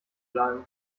bleiben